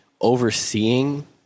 overseeing